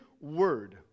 word